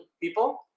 people